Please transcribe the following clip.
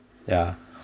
ya